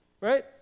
right